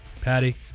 Patty